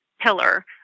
pillar